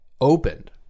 opened